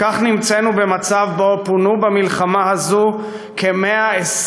וכך נמצאנו במצב שבו פונו במלחמה הזו כ-120,000